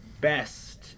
best